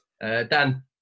Dan